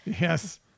Yes